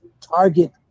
target